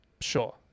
Sure